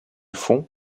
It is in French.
fonds